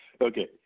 Okay